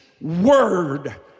word